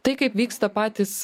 tai kaip vyksta patys